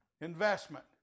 Investment